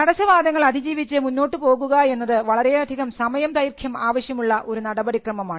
തടസ്സവാദങ്ങൾ അതിജീവിച്ച് മുന്നോട്ടു പോകുക എന്നത് വളരെയധികം സമയം ദൈർഘ്യം ആവശ്യമുള്ള ഒരു നടപടിക്രമം ആണ്